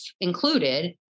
included